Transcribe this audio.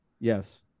Yes